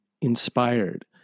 inspired